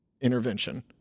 intervention